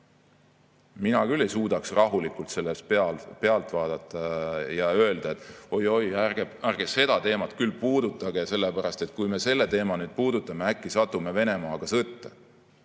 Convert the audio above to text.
Mina küll ei suudaks rahulikult pealt vaadata ja öelda, et oi-oi, ärge seda teemat küll puudutage, sellepärast et kui me seda teemat nüüd puudutame, äkki satume Venemaaga sõtta. Minu